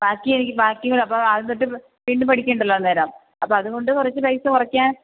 ബാക്കി എനിക്ക് ബാക്കി അപ്പോൾ ആദ്യം തൊട്ട് വീണ്ടും പഠിക്കണ്ടല്ലോ അന്നേരം അപ്പോൾ അതുകൊണ്ട് കുറച്ച് പൈസ കുറയ്ക്കാൻ